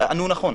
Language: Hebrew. ענו נכון,